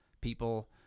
people